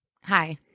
Hi